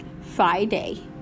Friday